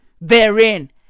therein